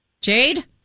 Jade